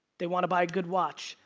they want to buy a good watch.